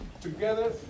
Together